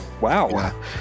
wow